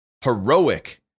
Heroic